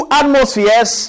atmospheres